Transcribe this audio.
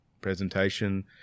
presentation